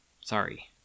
Sorry